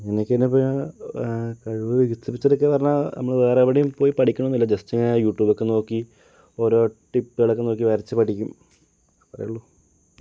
എനിക്ക് എങ്ങനെ കഴിവ് വികസിപ്പിച്ചെടുക്കുക എന്ന് പറഞ്ഞാൽ നമ്മൾ ഇപ്പോൾ വേറെ എവിടെയും പോയി പഠിക്കുന്നൊന്നുമില്ല ജസ്റ്റ് യൂട്യൂബ് ഒക്കെ നോക്കി ഓരോ ടിപ്പുകൾ ഒക്കെ നോക്കി വരച്ചു പഠിക്കും അത്രയേയുള്ളൂ